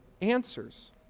answers